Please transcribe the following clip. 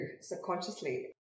subconsciously